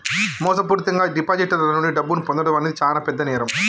మోసపూరితంగా డిపాజిటర్ల నుండి డబ్బును పొందడం అనేది చానా పెద్ద నేరం